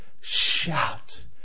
shout